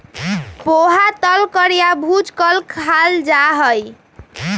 पोहा तल कर या भूज कर खाल जा हई